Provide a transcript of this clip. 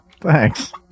Thanks